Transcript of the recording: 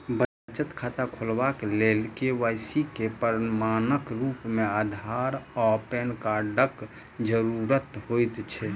बचत खाता खोलेबाक लेल के.वाई.सी केँ प्रमाणक रूप मेँ अधार आ पैन कार्डक जरूरत होइ छै